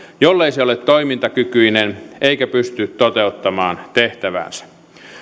jollei se ole toimintakykyinen eikä pysty toteuttamaan tehtäväänsä